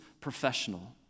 professional